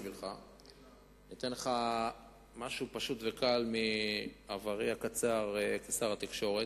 אתן לך משהו פשוט וקל מעברי הקצר כשר התקשורת.